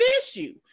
issue